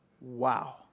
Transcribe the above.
Wow